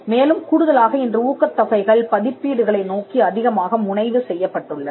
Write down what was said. மேலும் கூடுதலாக இன்று ஊக்கத் தொகைகள் பதிப்பீடுகளை நோக்கி அதிகமாக முனைவு செய்யப்பட்டுள்ளன